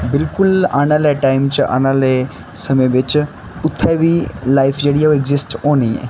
बिलकुल आन आह्ले टाइम च आन आह्ले समें बिच्च उत्थै बी लाइफ जेह्ड़ी ऐ ओह् इग्जिस्ट होनी ऐ